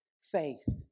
faith